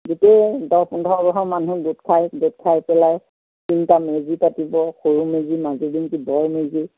গোটেই দহ পোন্ধৰ ঘৰ মানুহ গোট খাই গোট খাই পেলাই তিনিটা মেজি পাতিব সৰু মেজি মাজু মেজি বৰ মেজি